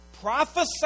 Prophesy